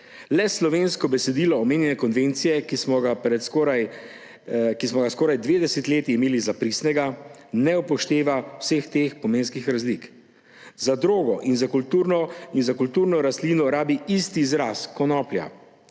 Le slovensko besedilo omenjene konvencije, ki smo ga skoraj dve desetletji imeli za pristno, ne upošteva vseh teh pomenskih razlik. Za drogo in za kulturno rastlino rabi isti izraz konoplja,